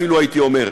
אפילו הייתי אומר,